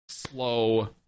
slow